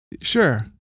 Sure